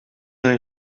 een